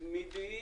התמידי